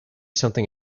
something